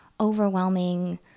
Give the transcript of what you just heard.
overwhelming